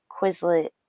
Quizlet